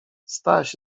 staś